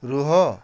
ରୁହ